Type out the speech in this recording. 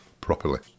properly